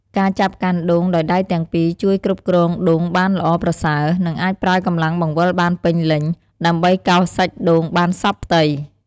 ការចាប់កាន់ដូងដោយដៃទាំងពីរជួយគ្រប់គ្រងដូងបានល្អប្រសើរ និងអាចប្រើកម្លាំងបង្វិលបានពេញលេញ ដើម្បីកោសសាច់ដូងបានសព្វផ្ទៃ។